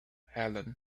helen